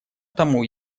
тому